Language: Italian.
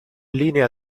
linea